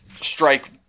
strike